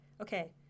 okay